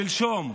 שלשום,